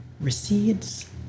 recedes